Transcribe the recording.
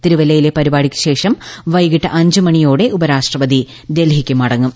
തിരുവല്ലയിലെ പരിപാടിക്കു ശേഷം വൈകീട്ട അഞ്ചൂമണ്ണിയോടെ ഉപരാഷ്ട്രപതി ഡൽഹിക്ക് മടങ്ങും